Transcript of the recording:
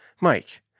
Mike